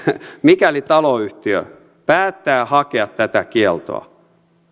mikäli taloyhtiö päättää hakea tätä kieltoa